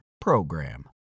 PROGRAM